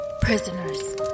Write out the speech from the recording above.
Prisoners